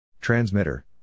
Transmitter